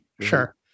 sure